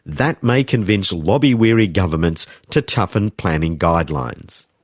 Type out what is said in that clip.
that may convince lobby-weary governments to toughen planning guidelines.